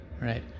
Right